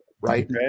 Right